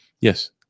yes